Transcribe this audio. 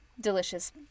delicious